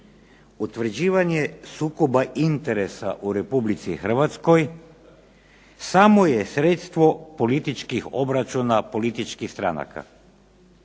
Utvrđivanje sukoba interesa u Republici Hrvatskoj samo je sredstvo političkih obračuna političkih stranaka.